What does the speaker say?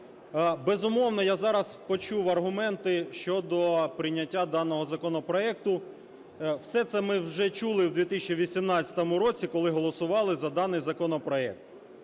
Безумовно, я зараз почув аргументи щодо прийняття даного законопроекту. Все це ми вже чули в 2018 році, коли голосували за даний законопроект.